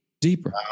deeper